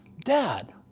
Dad